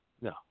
No